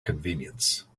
convenience